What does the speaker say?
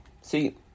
See